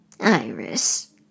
iris